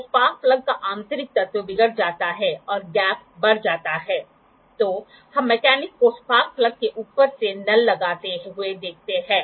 जब base horizontal होता है तो बबलस ग्रैजुएटेड स्केल के केंद्र में रहता है